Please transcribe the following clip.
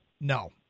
No